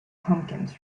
pumpkins